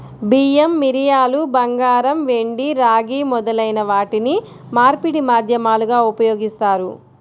బియ్యం, మిరియాలు, బంగారం, వెండి, రాగి మొదలైన వాటిని మార్పిడి మాధ్యమాలుగా ఉపయోగిస్తారు